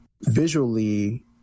visually